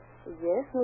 Yes